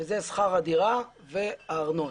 שזה שכר הדירה והארנונה.